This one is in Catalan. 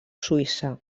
suïssa